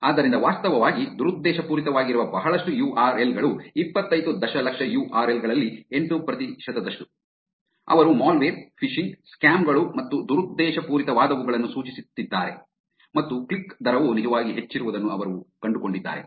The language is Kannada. ಆದ್ದರಿಂದ ವಾಸ್ತವವಾಗಿ ದುರುದ್ದೇಶಪೂರಿತವಾಗಿರುವ ಬಹಳಷ್ಟು ಯು ಆರ್ ಎಲ್ ಗಳು ಇಪ್ಪತ್ತೈದು ದಶಲಕ್ಷ ಯು ಆರ್ ಎಲ್ ಗಳಲ್ಲಿ ಎಂಟು ಪ್ರತಿಶತದಷ್ಟು ಅವರು ಮಾಲ್ವೇರ್ ಫಿಶಿಂಗ್ ಸ್ಕ್ಯಾಮ್ ಗಳು ಮತ್ತು ದುರುದ್ದೇಶಪೂರಿತವಾದವುಗಳನ್ನು ಸೂಚಿಸುತ್ತಿದ್ದಾರೆ ಮತ್ತು ಕ್ಲಿಕ್ ದರವು ನಿಜವಾಗಿ ಹೆಚ್ಚಿರುವುದನ್ನು ಅವರು ಕಂಡುಕೊಂಡಿದ್ದಾರೆ